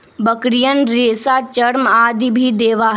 बकरियन रेशा, चर्म आदि भी देवा हई